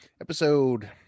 episode